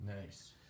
nice